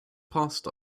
passed